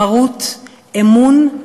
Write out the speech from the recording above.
מרות, אמון,